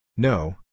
No